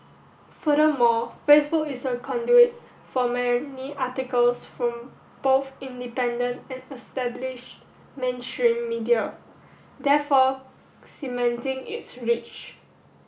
furthermore Facebook is a conduit for many articles from both independent and establish mainstream media therefore cementing its reach